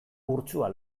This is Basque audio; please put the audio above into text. urtsua